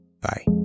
bye